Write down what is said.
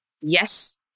yes